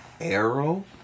Arrow